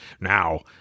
Now